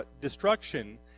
destruction